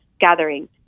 gathering